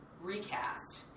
recast